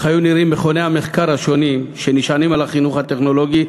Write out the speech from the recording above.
איך היו נראים מכוני המחקר השונים שנשענים על החינוך הטכנולוגי,